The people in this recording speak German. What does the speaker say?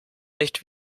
nicht